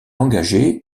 engagé